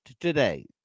today